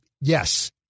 Yes